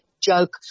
joke